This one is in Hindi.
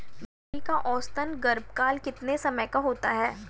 बकरी का औसतन गर्भकाल कितने समय का होता है?